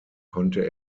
konnte